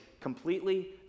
completely